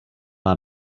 out